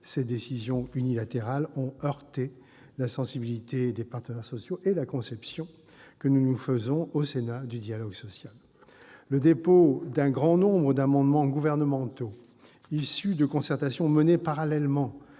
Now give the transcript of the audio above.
Ces décisions unilatérales ont heurté la sensibilité des partenaires sociaux et la conception que nous nous faisons, au Sénat, du dialogue social. Le dépôt d'un grand nombre d'amendements gouvernementaux issus de concertations menées parallèlement